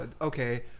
okay